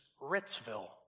Ritzville